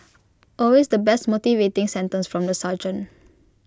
always the best motivating sentence from the sergeant